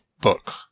book